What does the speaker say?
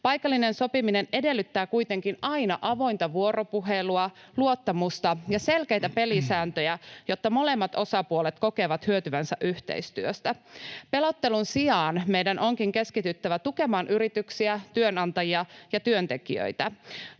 Paikallinen sopiminen edellyttää kuitenkin aina avointa vuoropuhelua, luottamusta ja selkeitä pelisääntöjä, jotta molemmat osapuolet kokevat hyötyvänsä yhteistyöstä. Pelottelun sijaan meidän onkin keskityttävä tukemaan yrityksiä, työnantajia ja työntekijöitä.